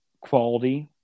quality